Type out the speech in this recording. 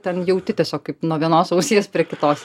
ten jauti tiesiog kaip nuo vienos ausies prie kitos